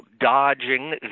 dodging